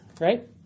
right